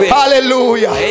hallelujah